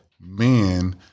men